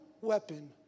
weapon